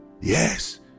Yes